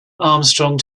armstrong